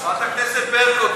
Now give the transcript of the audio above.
חברת הכנסת ברקו,